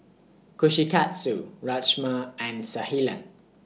Kushikatsu Rajma and